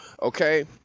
Okay